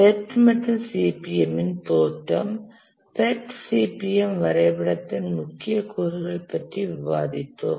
PERT மற்றும் CPM இன் தோற்றம் PERT CPM வரைபடத்தின் முக்கிய கூறுகள் பற்றி விவாதித்தோம்